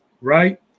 right